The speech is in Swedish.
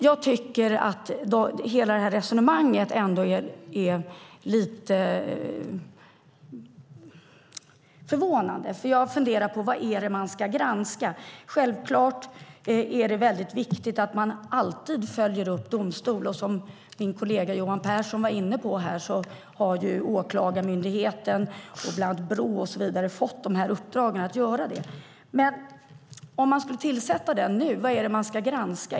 Jag tycker att hela resonemanget är lite förvånande. Vad är det man ska granska? Självklart är det viktigt att alltid följa upp domstolar, och som min kollega Johan Pehrson var inne på har Åklagarmyndigheten, Brå med flera fått i uppdrag att göra det. Om man skulle tillsätta den nu, vad är det då den ska granska?